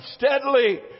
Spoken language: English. steadily